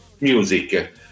music